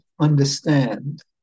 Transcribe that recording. understand